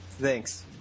Thanks